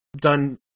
done